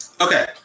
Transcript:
Okay